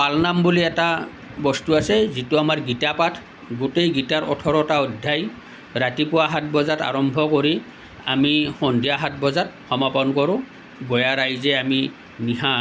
পালনাম বুলি এটা বস্তু আছে যিটো আমাৰ গীতাপাঠ গোটেই গীতাৰ ওঠৰটা অধ্যায় ৰাতিপুৱা সাত বজাত আৰম্ভ কৰি আমি সন্ধিয়া সাত বজাত সমাপন কৰোঁ গঞা ৰাইজে আমি নিশা